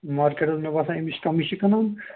markets مےٚ باسان امہِ نِش کَمٕے چھِ کٕنان